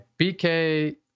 BK